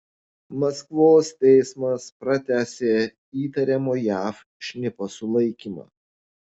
maskvos teismas pratęsė įtariamo jav šnipo sulaikymą